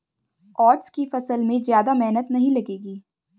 oats की फसल में ज्यादा मेहनत नहीं लगेगी